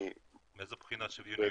אני בעצם דורש --- מאיזו בחינה של שוויוניות?